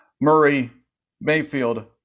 Murray-Mayfield